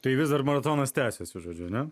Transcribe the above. tai vis dar maratonas tęsiasi žodžiu ne